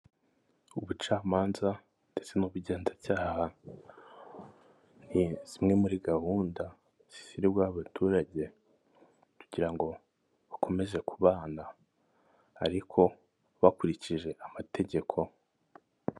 Ubucamanza ndetse n'ubugenzacyaha ni zimwe muri gahunda zishyirirwaho abaturage kugira ngo bakomeze kubana ariko bakurikije amategeko.